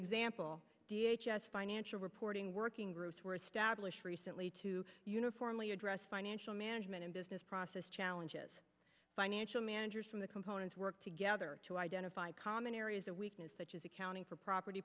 example as financial reporting working groups were established recently to uniformly address financial management and business process challenges financial managers from the components work together to identify common areas of weakness such as accounting for property